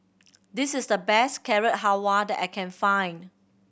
this is the best Carrot Halwa that I can find